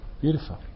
Beautiful